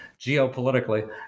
geopolitically